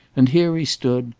and here he stood,